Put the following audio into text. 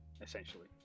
essentially